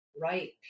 right